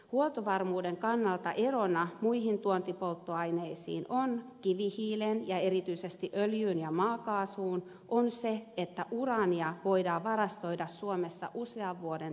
huoltovarmuuden kannalta erona muihin tuontipolttoaineisiin kivihiileen ja erityisesti öljyyn ja maakaasuun on se että uraania voidaan varastoida suomessa usean vuoden tarpeisiin